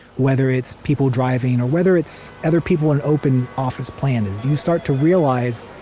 whether it's people driving or whether it's other people in open office plan is. you start to realize,